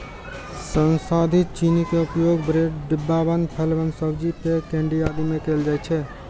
संसाधित चीनी के उपयोग ब्रेड, डिब्बाबंद फल एवं सब्जी, पेय, केंडी आदि मे कैल जाइ छै